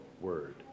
word